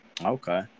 Okay